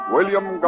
William